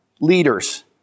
leaders